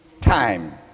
time